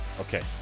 Okay